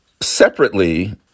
Separately